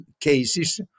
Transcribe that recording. cases